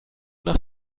nach